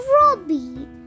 robbie